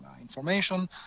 information